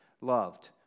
loved